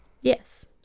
Yes